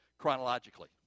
chronologically